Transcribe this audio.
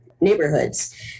neighborhoods